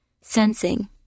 Sensing